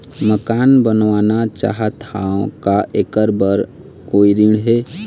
मकान बनवाना चाहत हाव, का ऐकर बर कोई ऋण हे?